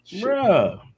bro